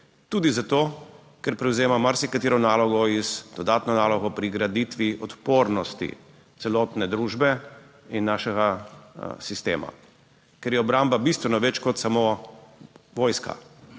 Tudi zato, ker prevzema marsikatero nalogo z dodatno nalogo pri graditvi odpornosti celotne družbe in našega sistema, ker je obramba bistveno več kot samo vojska,